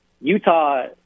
Utah